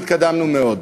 והתקדמנו מאוד.